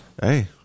hey